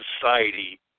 society